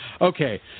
Okay